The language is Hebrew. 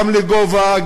גם לגובה,